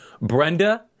Brenda